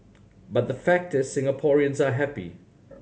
but the fact is Singaporeans are happy